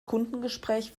kundengespräch